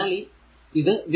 അതിനാൽ ഇത് v iR ആയിരിക്കും